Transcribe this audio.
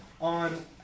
on